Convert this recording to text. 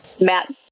Matt